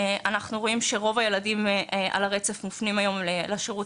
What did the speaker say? אנחנו רואים שרוב הילדים על הרצף מופנים היום לשירות